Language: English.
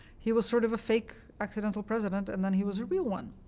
he was sort of a fake accidental president, and then he was a real one.